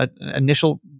initial